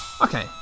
okay